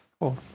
Cool